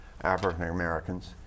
African-Americans